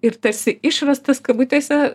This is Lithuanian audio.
ir tarsi išrastas kabutėse